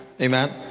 Amen